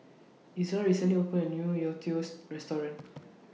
Izola recently opened A New youtiao's Restaurant